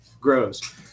grows